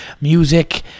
music